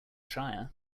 shire